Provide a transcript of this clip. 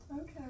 Okay